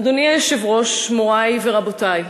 אדוני היושב-ראש, מורי ורבותי,